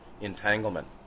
entanglement